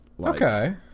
Okay